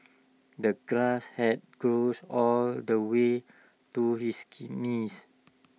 the grass had grown all the way to his knees